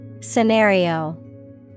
Scenario